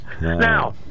Now